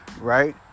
right